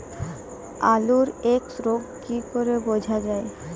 আলুর এক্সরোগ কি করে বোঝা যায়?